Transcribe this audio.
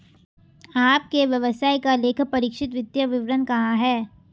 आपके व्यवसाय का लेखापरीक्षित वित्तीय विवरण कहाँ है?